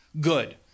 good